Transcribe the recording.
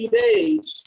days